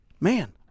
man